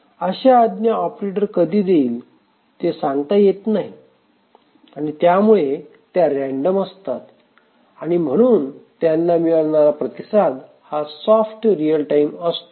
अशा आज्ञा ऑपरेटर कधी देईल ते सांगता येत नाही आणि त्यामुळे त्या रँडम असतात आणि म्हणून त्यांना मिळणारा प्रतिसाद हा सॉफ्ट रिअल टाईम असतो